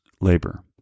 labor